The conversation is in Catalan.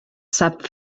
sap